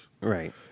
Right